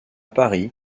paris